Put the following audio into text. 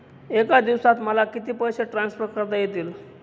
एका दिवसात मला किती पैसे ट्रान्सफर करता येतील?